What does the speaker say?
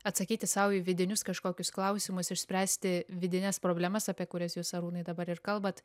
atsakyti sau į vidinius kažkokius klausimus išspręsti vidines problemas apie kurias jūs arūnai dabar ir kalbat